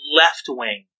left-wing